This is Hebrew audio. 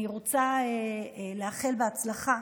אני רוצה לאחל הצלחה